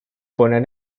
poner